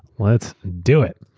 let's do it.